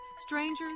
strangers